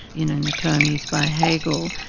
you know and the term used by hegel.